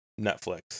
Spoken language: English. Netflix